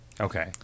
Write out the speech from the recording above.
Okay